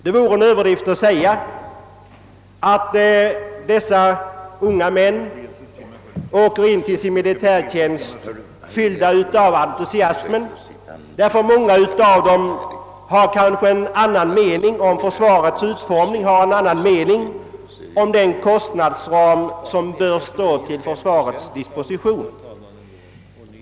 Det vore en överdrift att säga att dessa unga män åker in till sin militärtjänst, fyllda av entusiasm, ty många av dem har kanske en annan mening om försvarets utformning, en annan mening om den kostnadsram som bör stå till försvarets disposition.